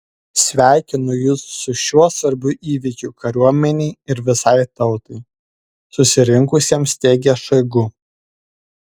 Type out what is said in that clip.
sveikinu jus su šiuo svarbiu įvykiu kariuomenei ir visai tautai susirinkusiems teigė šoigu